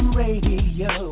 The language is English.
radio